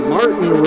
Martin